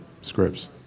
scripts